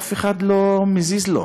ואף אחד, לא מזיז לו.